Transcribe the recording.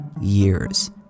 years